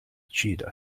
cheetah